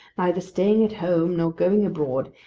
neither staying at home nor going abroad,